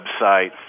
website